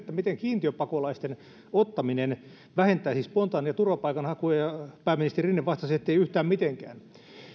miten kiintiöpakolaisten ottaminen vähentäisi spontaania turvapaikan hakua ja pääministeri rinne vastasi ettei yhtään mitenkään